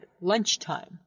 lunchtime